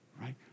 Right